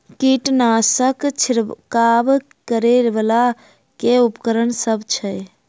कीटनासक छिरकाब करै वला केँ उपकरण सब छै?